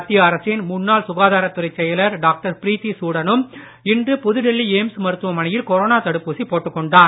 மத்திய அரசின் முன்னாள் சுகாதாரத் துறை செயலர் டாக்டர் பிரிதி சூடனும் இன்று புதுடில்லி எய்ம்ஸ் மருத்துவமனையில் கொரோனா தடுப்பூசி போட்டுக் கொண்டார்